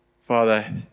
father